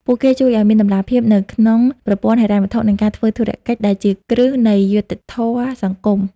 ពួកគេជួយឱ្យមាន "តម្លាភាព" នៅក្នុងប្រព័ន្ធហិរញ្ញវត្ថុ និងការធ្វើធុរកិច្ច ដែលជាគ្រឹះនៃយុត្តិធម៌សង្គម។